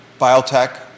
Biotech